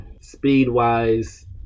speed-wise